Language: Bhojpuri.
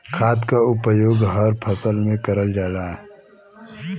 खाद क उपयोग सब फसल में करल जाला